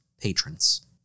patrons